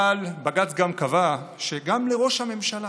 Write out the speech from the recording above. אבל בג"ץ גם קבע שגם לראש הממשלה,